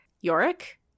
Yorick